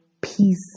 peace